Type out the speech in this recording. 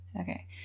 Okay